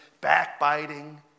backbiting